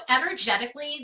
energetically